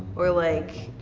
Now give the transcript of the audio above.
or like,